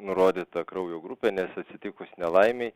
nurodyta kraujo grupė nes atsitikus nelaimei